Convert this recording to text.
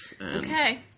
Okay